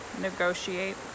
negotiate